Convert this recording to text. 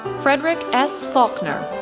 frederic s. faulkner,